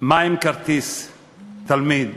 מה עם כרטיס תלמיד?